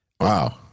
Wow